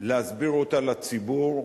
להסביר לציבור,